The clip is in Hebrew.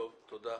תודה.